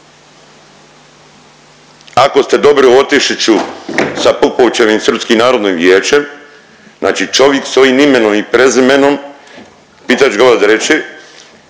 Ako ste dobri u Otišiću sa Pupovčevim Srpskim narodnim vijećem, znači čovjek s ovim imenom i prezimenom, pitat ću ga …/Govornik